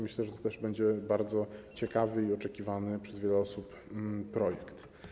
Myślę, że będzie to bardzo ciekawy i oczekiwany przez wiele osób projekt.